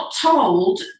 told